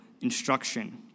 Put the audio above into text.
instruction